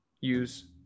Use